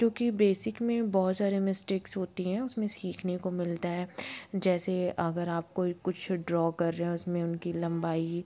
क्योंकि बेसिक में बहुत सारे मिस्टेक्स होती हैं उसमें सीखने को मिलता है जैसे अगर आप कोई कुछ ड्रा कर रहा उसमें उनकी लंबाई